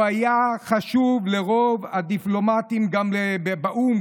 הוא לא היה חשוב לרוב הדיפלומטים באו"ם",